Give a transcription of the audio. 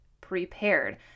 prepared